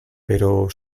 pero